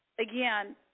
again